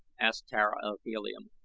asked tara of helium,